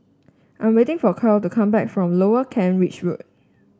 I am waiting for Kyle to come back from Lower Kent Ridge Road